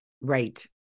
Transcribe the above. Right